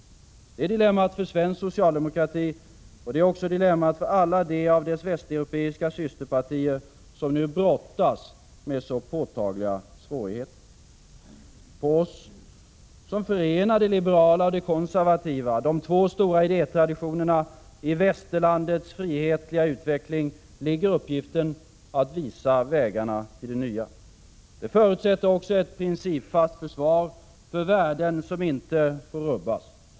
Det är dilemmat för svensk socialdemokrati, och det är också dilemmat för alla de av dess västeuropeiska systerpartier som nu brottas med så påtagliga svårigheter. På oss — som förenar det liberala och det konservativa, de två stora idétraditionerna i västerlandets frihetliga utveckling — ligger uppgiften att visa vägarna till det nya. Det förutsätter ett principfast försvar för värden som inte får rubbas.